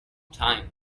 time